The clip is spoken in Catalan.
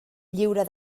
lliure